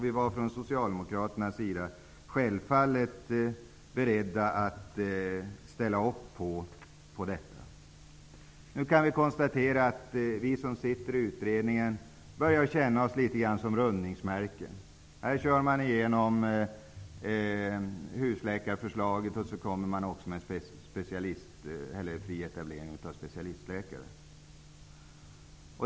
Vi var från socialdemokraternas sida självfallet beredda att ställa upp på detta. Nu kan vi som sitter i utredningen konstatera att vi börjar känna oss litet som rundningsmärken. Man driver igenom husläkarförslaget och föreslår fri etablering av specialistläkare.